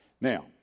Now